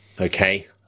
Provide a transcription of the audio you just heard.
Okay